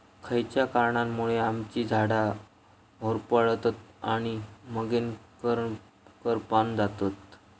खयच्या कारणांमुळे आम्याची झाडा होरपळतत आणि मगेन करपान जातत?